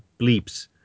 bleeps